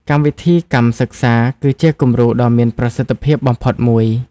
កម្មវិធីកម្មសិក្សា គឺជាគំរូដ៏មានប្រសិទ្ធភាពបំផុតមួយ។